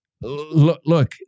Look